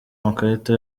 amakarita